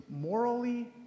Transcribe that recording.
morally